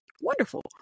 wonderful